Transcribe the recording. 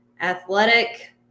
athletic